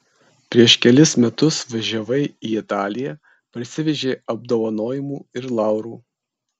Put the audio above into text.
prieš kelis metus važiavai į italiją parsivežei apdovanojimų ir laurų